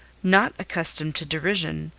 not accustomed to derision,